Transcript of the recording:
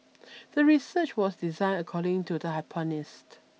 the research was designed according to the hypothesis